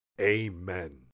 Amen